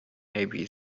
maybe